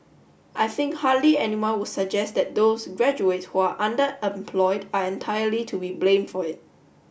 I think hardly anyone would suggest that those graduates who are underemployed are entirely to be blamed for it